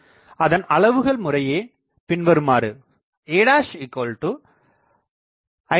அதன் அளவுகள் முறையே பின்வருமாறு a5